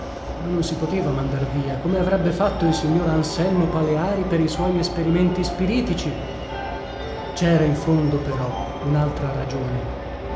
ma non si poteva mandar via come avrebbe fatto il signor anselmo paleari per i suoi esperimenti spiritici cera in fondo però unaltra ragione